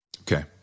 Okay